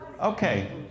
Okay